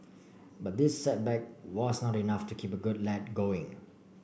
but this setback was not enough to keep a good lad going